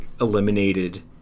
eliminated